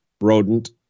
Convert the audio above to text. rodent